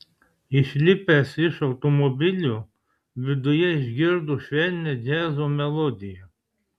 išlipęs iš automobilio viduje išgirdo švelnią džiazo melodiją